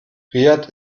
riad